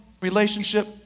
relationship